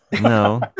No